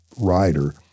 rider